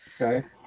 Okay